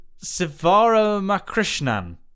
Sivaramakrishnan